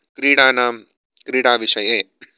क्रीडानां क्रीडाविषये